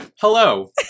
hello